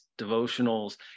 devotionals